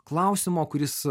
klausimo kuris